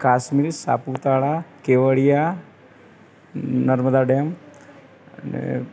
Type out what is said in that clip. Kashmir Saputara Kevadia Narmada dam અને